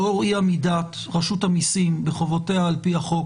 לאור אי עמידת רשות המיסים בחובותיה על פי החוק